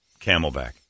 Camelback